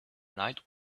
night